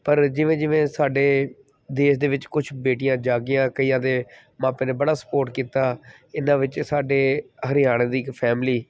ਪਰ ਜਿਵੇਂ ਜਿਵੇਂ ਸਾਡੇ ਦੇਸ਼ ਦੇ ਵਿੱਚ ਕੁਛ ਬੇਟੀਆਂ ਜਾਗੀਆਂ ਕਈਆਂ ਦੇ ਮਾਪਿਆਂ ਨੇ ਬੜਾ ਸਪੋਰਟ ਕੀਤਾ ਇਹਨਾਂ ਵਿੱਚ ਸਾਡੇ ਹਰਿਆਣੇ ਦੀ ਇੱਕ ਫੈਮਲੀ